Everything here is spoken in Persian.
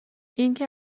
اینکه